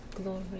glory